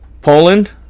Poland